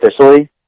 officially